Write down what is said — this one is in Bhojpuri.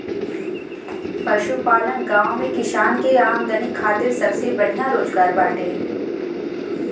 पशुपालन गांव में किसान के आमदनी खातिर सबसे बढ़िया रोजगार बाटे